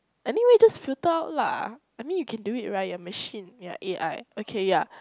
anyway just filter out lah I mean you can do it right you're a machine yeah a_i okay yeah